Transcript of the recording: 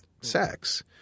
sex